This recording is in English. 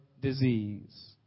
disease